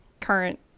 current